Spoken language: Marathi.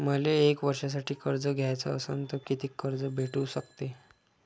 मले एक वर्षासाठी कर्ज घ्याचं असनं त कितीक कर्ज भेटू शकते?